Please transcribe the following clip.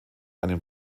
einem